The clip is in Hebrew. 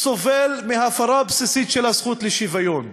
סובל מהפרה בסיסית של הזכות לשוויון.